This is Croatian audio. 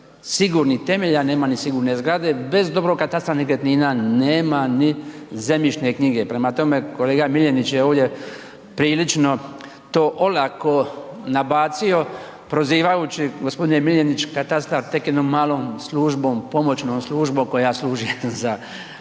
sigurnih temelja nema ni sigurne zgrade, bez dobrog katastra nekretnina nema ni zemljišne knjige. Prema tome, kolega Miljenić je ovdje prilično to olako nabacio prozivajući, gospodine Miljenić, katastar tek jednom malom službom, pomoćnom službom koja služi za,